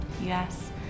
Yes